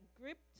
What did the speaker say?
gripped